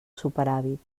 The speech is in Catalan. superàvit